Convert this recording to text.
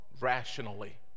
rationally